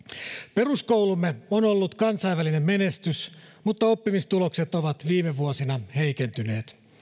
peruskoulumme on ollut kansainvälinen menestys mutta oppimistulokset ovat viime vuosina heikentyneet